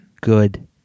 good